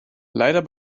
leider